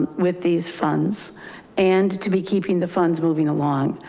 with these funds and to be keeping the funds moving along.